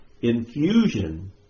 infusion